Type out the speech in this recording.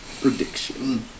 prediction